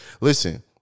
Listen